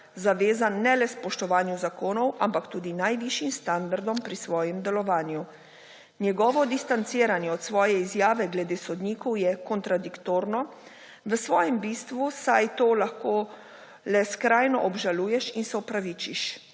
zavezan ne le spoštovanju zakonov, ampak tudi najvišjim standardom pri svojem delovanju . Njegovo distanciranje od svoje izjave glede sodnikov je kontradiktorno v svojem bistvu, saj to lahko le skrajno obžaluješ in se opravičiš.